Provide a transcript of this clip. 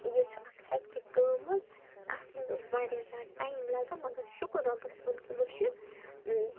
یہِ چھُ اَکھ ہٮ۪کٹِک کٲم حظ اَتھ منٛز اوس واریاہ زیادٕ ٹایِم لَگان مگر شُکُر رۄبَس کُن کہِ وۄنۍ چھِ